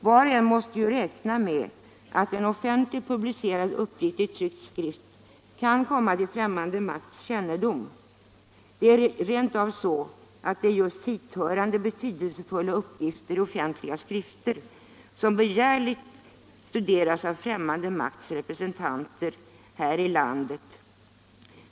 Var och en måste räkna med att en offentligt publicerad uppgift i tryckt skrift kan komma till främmande makts kännedom; det är rent av så att det är just hithörande betydelsefulla uppgifter i offentliga skrifter som begärligt studeras av främmande makts representanter här i landet.